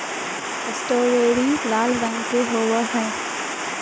strawberry लाल रंग के होव हई